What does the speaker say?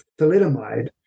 thalidomide